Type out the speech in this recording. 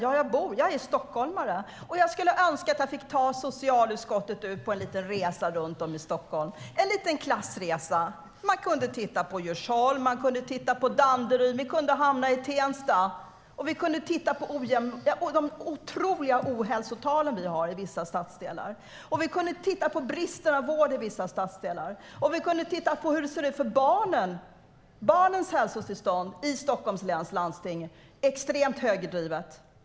Ja, jag är stockholmare. Jag skulle önska att jag fick ta med socialutskottet på en resa runt om i Stockholm - en liten klassresa. Vi kunde titta på Djursholm, vi kunde titta på Danderyd och vi kunde hamna i Tensta. Vi kunde titta på de stora ohälsotal som vi har i vissa stadsdelar. Vi kunde också titta på bristen på vård i vissa stadsdelar. Vi kunde titta på hur det ser ut för barnen, barnens hälsotillstånd, i Stockholms läns landsting som är extremt högerdrivet.